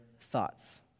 thoughts